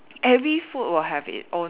every food will have it's own